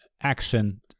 action